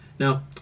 Now